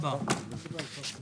אני מחדש את